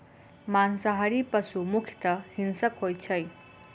मांसाहारी पशु मुख्यतः हिंसक होइत छै